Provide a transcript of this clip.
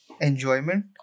enjoyment